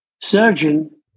Surgeon